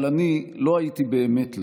אבל אני לא הייתי באמת לבד,